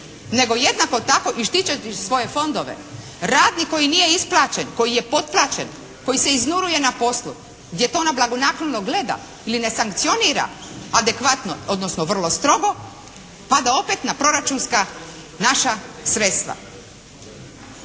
nego jednako tako i štiteći svoje fondove. Radnik koji nije isplaćen, koji je potplaćen, koji se iznuruje na poslu, gdje to ona blagonaklono gleda ili ne sankcionira adekvatno, odnosno vrlo strogo, pada opet na proračunska naša sredstva.